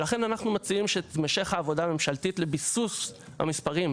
לכן אנחנו מציעים שתימשך העבודה הממשלתית לביסוס המספרים,